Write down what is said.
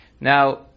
Now